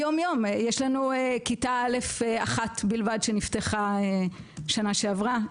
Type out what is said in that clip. יש לנו כיתה א' אחת בלבד שנפתחה בשנה שעברה,